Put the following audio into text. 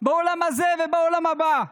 בעולם הזה ובעולם הבא,